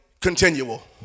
continual